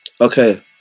Okay